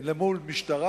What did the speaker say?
למשטרה,